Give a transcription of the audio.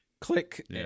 Click